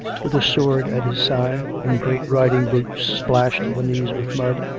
with a sword at his side, in great riding-boots splashed to the knees with mud,